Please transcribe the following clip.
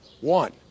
One